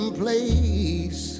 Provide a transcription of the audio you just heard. place